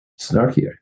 Snarkier